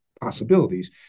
possibilities